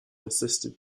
assisted